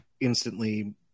instantly